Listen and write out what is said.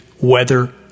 weather